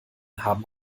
haben